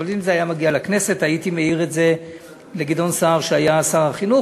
אבל אם זה היה מגיע לכנסת הייתי מעיר את זה לגדעון סער שהיה שר החינוך.